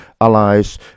allies